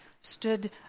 stood